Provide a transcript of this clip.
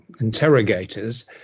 interrogators